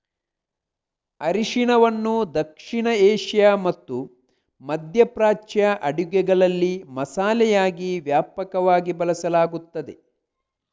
ಅರಿಶಿನವನ್ನು ದಕ್ಷಿಣ ಏಷ್ಯಾ ಮತ್ತು ಮಧ್ಯ ಪ್ರಾಚ್ಯ ಅಡುಗೆಗಳಲ್ಲಿ ಮಸಾಲೆಯಾಗಿ ವ್ಯಾಪಕವಾಗಿ ಬಳಸಲಾಗುತ್ತದೆ